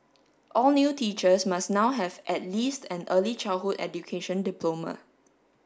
all new teachers must now have at least an early childhood education diploma